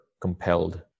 compelled